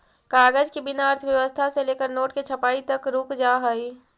कागज के बिना अर्थव्यवस्था से लेकर नोट के छपाई तक रुक जा हई